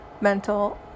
mental